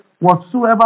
whatsoever